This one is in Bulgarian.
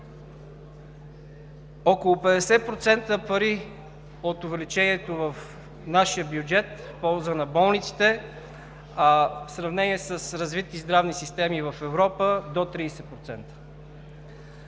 Около 50% пари от увеличението в нашия бюджет е в полза на болниците в сравнение с развитите здравни системи в Европа – до 30%.